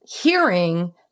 hearing